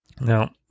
Now